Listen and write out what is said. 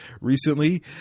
recently